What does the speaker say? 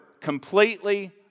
completely